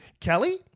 Kelly